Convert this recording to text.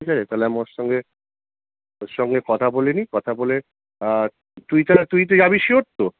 ঠিক আছে তাহলে আমি ওর সঙ্গে ওর সঙ্গে কথা বলে নিই কথা বলে তুই তাহলে তুই তো যাবি শিওর তো